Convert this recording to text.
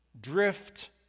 drift